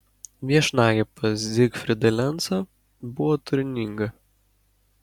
viešnagė pas zygfrydą lencą buvo turininga